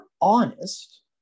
honest